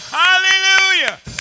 hallelujah